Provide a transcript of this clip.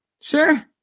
Sure